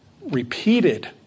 repeated